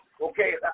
Okay